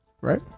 right